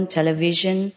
television